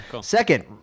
Second